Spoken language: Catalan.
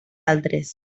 altres